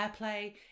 airplay